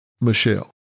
Michelle